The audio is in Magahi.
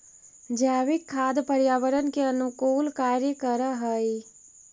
जैविक खाद पर्यावरण के अनुकूल कार्य कर हई